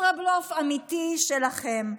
ישראבלוף אמיתי שלכם.